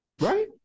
right